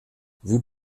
vous